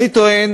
אני טוען